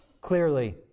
clearly